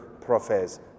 prophets